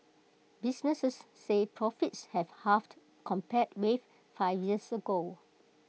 businesses said profits have halved compared with five years ago